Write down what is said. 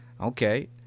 okay